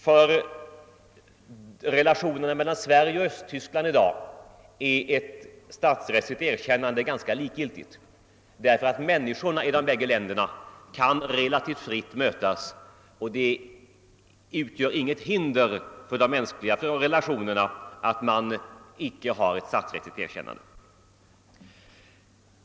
För förhållandena mellan Sverige och Östtyskland i dag är ett statsrättsligt erkännande ganska likgiltigt därför att människorna i de bägge länderna kan mötas relativt fritt. Det utgör alltså inget hinder för de mänskliga relationerna att det icke föreligger ett statsrättsligt erkännande. Herr talman!